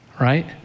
right